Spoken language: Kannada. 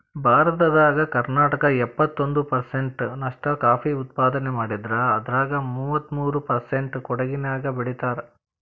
ಭಾರತದಾಗ ಕರ್ನಾಟಕ ಎಪ್ಪತ್ತೊಂದ್ ಪರ್ಸೆಂಟ್ ನಷ್ಟ ಕಾಫಿ ಉತ್ಪಾದನೆ ಮಾಡಿದ್ರ ಅದ್ರಾಗ ಮೂವತ್ಮೂರು ಪರ್ಸೆಂಟ್ ಕೊಡಗಿನ್ಯಾಗ್ ಬೆಳೇತಾರ